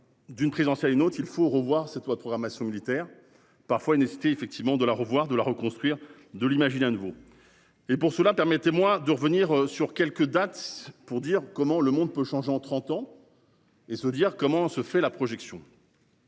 D'une prise en fait à une autre, il faut revoir cette loi de programmation militaire parfois une effectivement de la revoir de la reconstruire de l'image un nouveau. Et pour cela, permettez-moi de revenir sur quelques dates pour dire comment le monde peut changer en 30 ans. Et se dire comment se fait la projection.